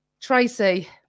Tracy